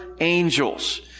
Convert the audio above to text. angels